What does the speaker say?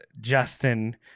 Justin